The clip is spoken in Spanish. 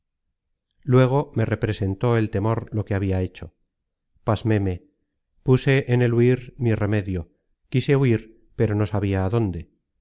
luego me representó el temor lo que habia hecho pasméme puse en el huir mi remedio quise huir pero no sabia á dónde